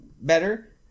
better